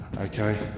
okay